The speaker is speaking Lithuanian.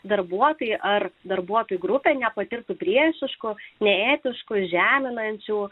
darbuotojai ar darbuotojų grupė nepatirtų priešiškų neetiškų žeminančių